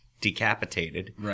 decapitated